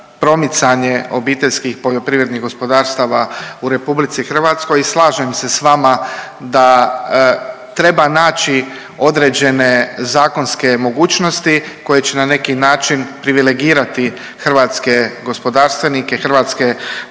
promicanje OPG-ova u RH i slažem se s vama da treba naći određene zakonske mogućnosti koje će na neki način privilegirati hrvatske gospodarstvenike, hrvatske